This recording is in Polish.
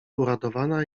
uradowana